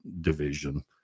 division